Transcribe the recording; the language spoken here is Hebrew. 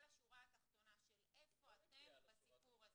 לשורה התחתונה של איפה אתם בסיפור הזה.